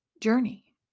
journey